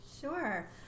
Sure